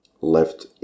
left